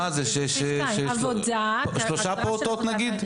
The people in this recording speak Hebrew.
נגיד שלוש פעוטות?